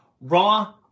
Raw